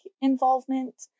involvement